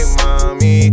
mommy